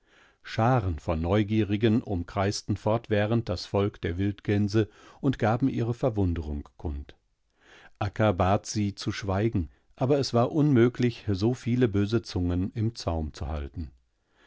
scharen von neugierigen umkreisten fortwährend das volk der wildgänse und gaben ihre verwunderung kund akka bat sie zu schweigen aber es war unmöglich so viele böse zungen im zaum zu halten